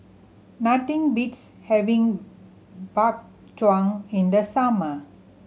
nothing beats having Bak Chang in the summer